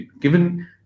given